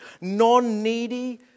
non-needy